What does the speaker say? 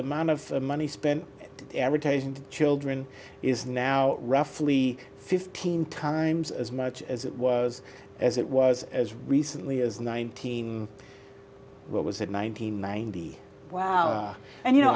mount of money spent advertising to children is now roughly fifteen times as much as it was as it was as recently as nineteen what was it nine hundred ninety and you know